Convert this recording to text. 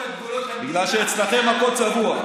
מחוץ לגבולות המדינה, בגלל שאצלכם הכול צבוע.